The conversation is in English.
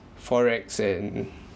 FOREX and